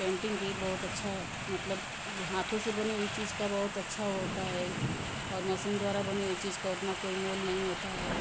painting भी बहुत अच्छा मतलब हाथों से बनी हुई चीज़ का बहुत अच्छा वह होता है और मशीन द्वारा बनी हुई चीज़ का उतना कोई मोल नहीं होता है